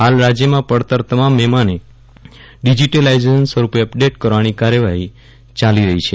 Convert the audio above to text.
હાલ રાજ્યમાં પડતર તમામ મેમાને ડીજીટલટાઇઝ સ્વરૂપે અપડેટ કરવાની કાર્યવાહી ચાલી રહી છે